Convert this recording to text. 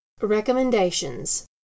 Recommendations